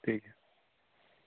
ᱴᱷᱤᱠ